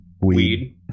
weed